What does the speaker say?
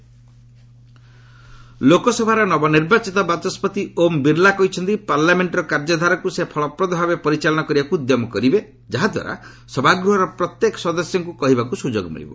LS speaker media ଲୋକସଭାର ନବନିର୍ବାଚିତ ବାସ୍କତି ଓମ୍ ବିର୍ଲା କହିଛନ୍ତି ପାର୍ଲାମେଣ୍ଟର କାର୍ଯ୍ୟଧାରାକୁ ସେ ଫଳପ୍ରଦ ଭାବେ ପରିଚାଳନା କରିବାକୁ ଉଦ୍ୟମ କରିବେ ଯାହାଦ୍ୱାରା ସଭାଗୃହର ପ୍ରତ୍ୟେକ ସଦସ୍ୟଙ୍କୁ କହିବାକୁ ସୁଯୋଗ ମିଳିବ